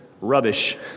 rubbish